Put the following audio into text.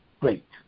great